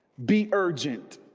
be urgent